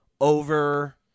over